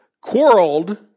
quarreled